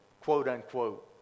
quote-unquote